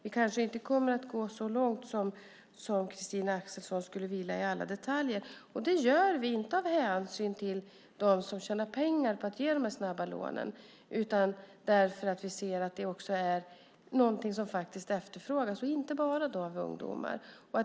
Vi kanske inte kommer att gå så långt som Christina Axelsson skulle vilja i alla detaljer. Det gör vi inte av hänsyn till dem som tjänar pengar på att ge de snabba lånen utan därför att vi ser att de är något som efterfrågas - inte bara av ungdomar.